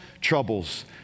troubles